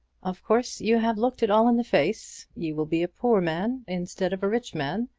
of course you have looked it all in the face. you will be a poor man instead of a rich man,